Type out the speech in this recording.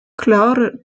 klare